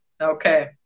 Okay